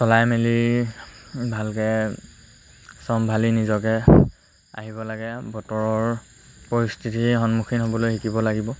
চলাই মেলি ভালকৈ চম্ভালি নিজকে আহিব লাগে বতৰৰ পৰিস্থিতি সন্মুখীন হ'বলৈ শিকিব লাগিব